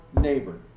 neighbor